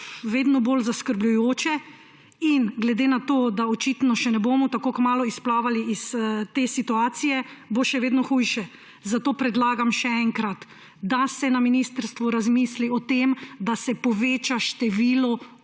vedno bolj zaskrbljujoče. Glede na to, da očitno še ne bomo tako kmalu izplavali iz te situacije, bo še vedno hujše. Zato predlagam še enkrat, da se na ministrstvu razmisli o tem, da se poveča število